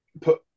put